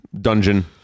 dungeon